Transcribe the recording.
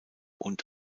und